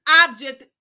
object